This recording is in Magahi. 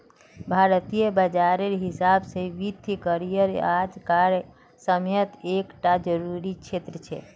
भारतीय बाजारेर हिसाब से वित्तिय करिएर आज कार समयेत एक टा ज़रूरी क्षेत्र छे